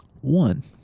One